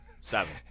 Seven